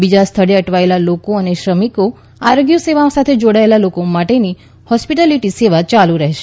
બીજા સ્થળે અટવાયેલા લોકો અને શ્રમિકો આરોગ્ય સેવામાં જોડાયેલા લોકો માટેની હોસ્પીટાલીટી સેવાઓ ચાલુ રહેશે